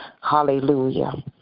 Hallelujah